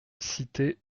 cité